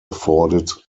afforded